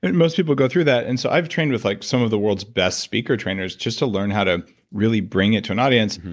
most people go through that, and so i have trained with like some of the world's best speaker trainers just to learn how to really bring it to an audience.